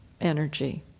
energy